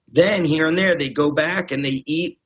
then here and there they go back and they eat,